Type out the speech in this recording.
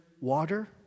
water